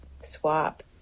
swap